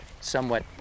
somewhat